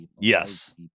Yes